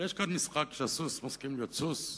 אבל יש כאן משחק שהסוס מסכים להיות סוס,